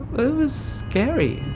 it was scary,